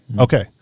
Okay